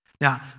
Now